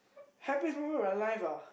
happiest moment in my life ah